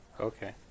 Okay